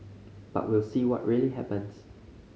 but we'll see what really happens